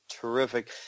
terrific –